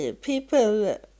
People